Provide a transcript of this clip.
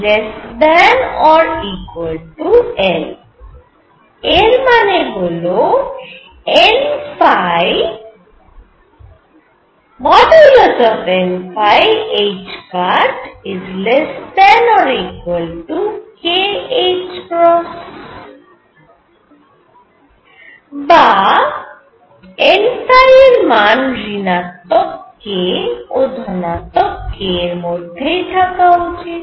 ≤L এর মানে হল n ℏ≤kℏ বা n এর মান ঋণাত্মক k ও ধনাত্মক k এর মধ্যেই থাকা উচিত